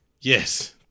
Yes